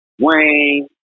Wayne